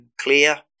clear